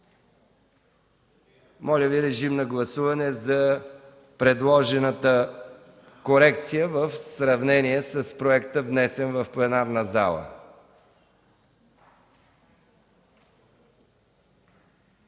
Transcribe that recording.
Моля, режим на гласуване за предложената корекция в сравнение с проекта, внесен в пленарната зала.